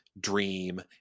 dream